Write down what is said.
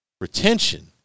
retention